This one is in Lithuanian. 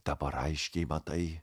dabar aiškiai matai